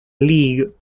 league